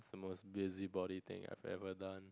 the most busy body thing I have ever done